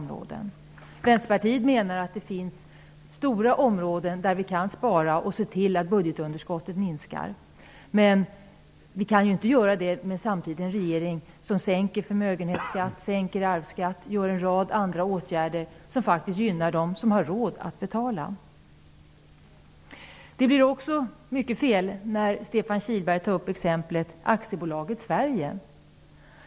Vänsterpartiet menar att det finns stora områden där vi kan spara och se till att budgetunderskottet minskar, men vi kan inte göra det samtidigt som regeringen sänker förmögenhetsskatten och arvsskatten och vidtar en rad andra åtgärder som faktiskt gynnar dem som har råd att betala. Det är också fel att som Stefan Kihlberg tala om ''aktiebolaget Sverige''.